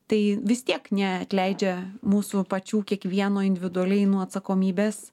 tai vis tiek neatleidžia mūsų pačių kiekvieno individualiai nuo atsakomybės